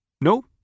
No